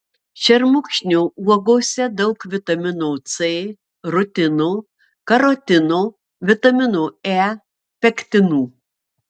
šermukšnio uogose daug vitamino c rutino karotino vitamino e pektinų